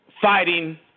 fighting